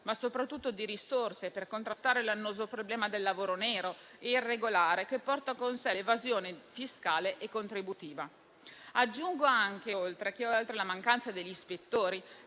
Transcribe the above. ma soprattutto di risorse per contrastare l'annoso problema del lavoro nero e irregolare, che porta con sé l'evasione fiscale e contributiva. Aggiungo anche che, oltre alla mancanza degli ispettori,